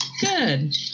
good